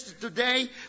today